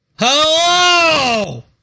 Hello